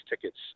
tickets